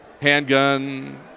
handgun